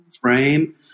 frame